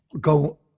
go